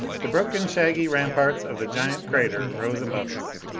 the broken, shaggy ramparts of the giant crater rose above us.